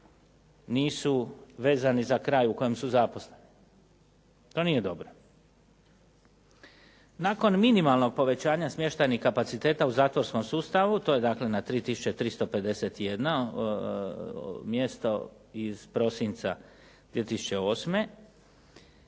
nisu vezani za kraj u kojem su zaposleni. To nije dobro. Nakon minimalnog povećanja smještajnih kapaciteta u zatvorskom sustavu, to je dakle na 3351 mjesto iz prosinca 2008.,